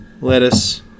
lettuce